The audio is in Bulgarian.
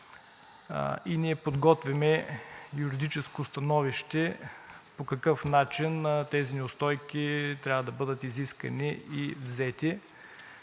и ние подготвяме юридическо становище по какъв начин тези неустойки трябва да бъдат изискани и взети.